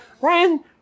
Ryan